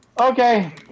Okay